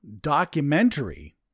documentary